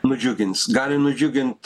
nudžiugins gali nudžiugint